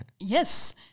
yes